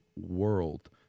world